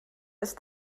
ist